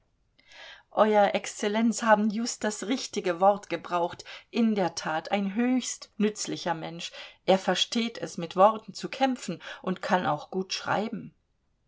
euer exzellenz haben just das richtige wort gebraucht in der tat ein höchst nützlicher mensch er versteht es mit worten zu kämpfen und kann auch gut schreiben